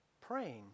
praying